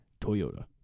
Toyota